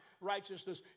righteousness